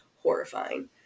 Horrifying